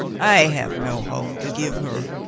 i have no home to give her,